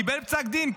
קיבל פסק דין,